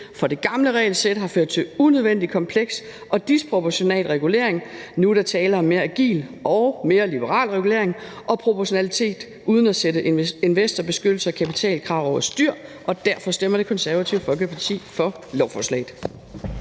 for det gamle regelsæt har ført til unødvendig kompleks og disproportional regulering. Nu er der tale om mere agil og mere liberal regering og om proportionalitet uden at sætte investorbeskyttelse og kapitalkrav over styr, og derfor stemmer Det Konservative Folkeparti for lovforslaget.